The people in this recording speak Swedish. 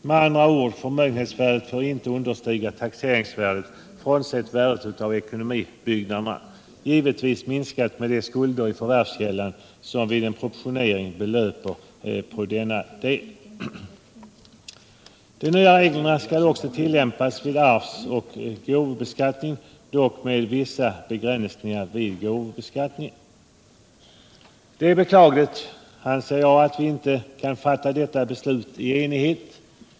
Med andra ord: förmögenhetsvärdet får inte understiga taxeringsvärdet frånsett värdet av ekonomibyggnader och givetvis minskat med de skulder i förvärvskällan som vid en proportionering belöper på denna del. De nya reglerna skall tillämpas också vid arvsoch gåvobeskattningen, dock med vissa begränsningar vid gåvobeskattningen. Det är beklagligt att vi inte kan fatta detta beslut i enighet.